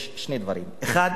יש בה שני דברים: האחד,